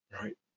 right